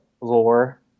lore